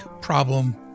problem